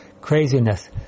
craziness